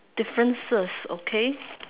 differences okay